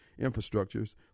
infrastructures